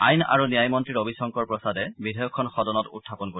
আইন আৰু ন্যায় মন্ত্ৰী ৰবিশংকৰ প্ৰসাদে বিধেয়কখন সদনত উখাপন কৰিব